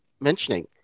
mentioning